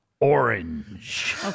Orange